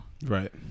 Right